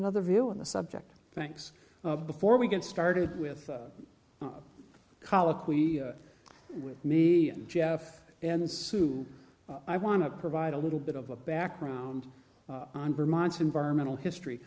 another view on the subject thanks before we get started with colloquy with me and jeff and sue i want to provide a little bit of a background on vermont's environmental history